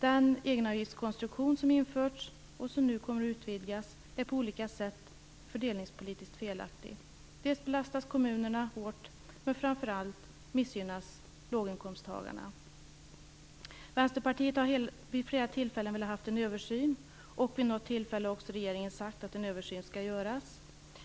Den egenavgiftskonstruktion som har införts och som nu kommer att utvidgas är på olika sätt fördelningspolitiskt felaktig. Kommunerna kommer att belastas hårt, men framför allt missgynnas låginkomsttagarna. Vänsterpartiet har vid flera tillfällen begärt en översyn. Regeringen har också vid något tillfälle sagt att det skall göras en sådan.